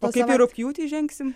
o kaip į rugpjūtį įžengsim